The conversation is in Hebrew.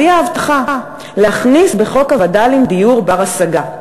הביאה הבטחה להכניס בחוק הווד"לים דיור בר-השגה,